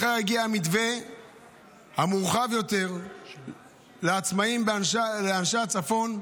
מחר יגיע המתווה המורחב יותר לעצמאים לאנשי הצפון,